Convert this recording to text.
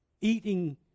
Eating